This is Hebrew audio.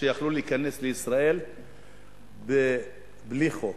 שיכלו להיכנס לישראל בלי חוק.